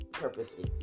Purposely